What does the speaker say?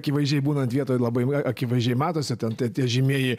akivaizdžiai būnant vietoj labai akivaizdžiai matosi ten tie tie žymieji